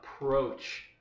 approach